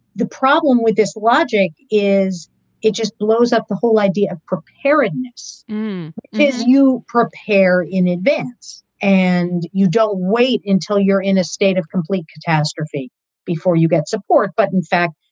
the problem with this logic is it just blows up. the whole idea of preparedness is you prepare in advance and you don't wait until you're in a state of complete catastrophe before you get support. but in fact,